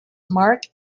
marc